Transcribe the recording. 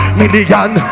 million